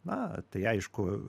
na tai aišku